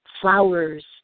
flowers